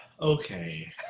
Okay